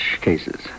cases